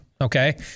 okay